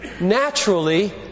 naturally